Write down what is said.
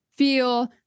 Feel